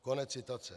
Konec citace.